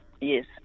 yes